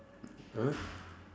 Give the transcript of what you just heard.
!huh!